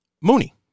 Mooney